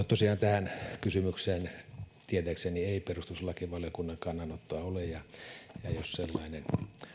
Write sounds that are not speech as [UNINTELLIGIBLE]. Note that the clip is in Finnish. [UNINTELLIGIBLE] tosiaan tähän kysymykseen tietääkseni ei perustuslakivaliokunnan kannanottoa ole ja ja jos sellainen